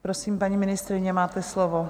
Prosím, paní ministryně, máte slovo.